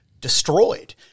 destroyed